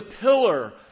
pillar